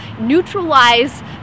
neutralize